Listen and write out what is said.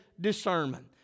discernment